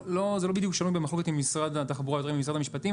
זה לא בדיוק שנוי במחלוקת עם משרד התחבורה ועם משרד המשפטים.